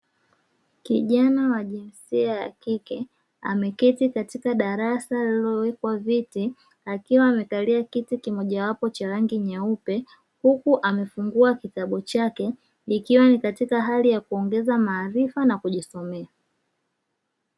Kijana wa jinsia ya kike ameketi katika darasa lililowekwa viti, akiwa amekalia kiti kimoja wapo cha rangi nyeupe , huku amefungua kitabu chake, ikiwa ni katika hali ya kuongeza maarifa na kujisomea